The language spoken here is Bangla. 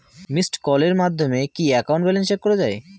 মিসড্ কলের মাধ্যমে কি একাউন্ট ব্যালেন্স চেক করা যায়?